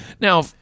Now